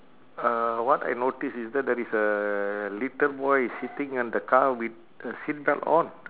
uh what I notice is that there is a little boy sitting on the car with a seat belt on